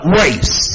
race